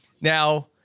Now